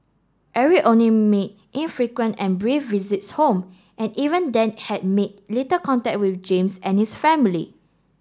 Eric only made infrequent and brief visits home and even then had made little contact with James and his family